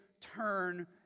turn